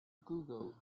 google